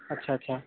अच्छा अच्छा